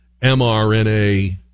mRNA